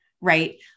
right